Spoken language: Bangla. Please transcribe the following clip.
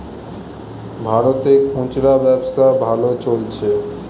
ভারতে খুচরা ব্যবসা ভালো চলছে